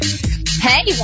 Hey